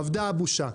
אבדה הבושה.